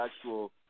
actual